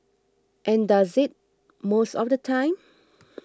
and does it most of the time